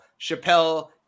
Chappelle